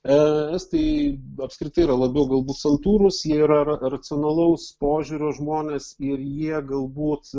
estai apskritai yra labiau galbūt santūrūs jie yra racionalaus požiūrio žmonės ir jie galbūt